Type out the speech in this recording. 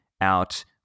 out